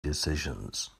decisions